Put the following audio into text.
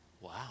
wow